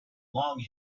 long